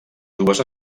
dues